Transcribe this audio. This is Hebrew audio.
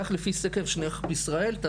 כך לפי סקר שנערך בישראל...".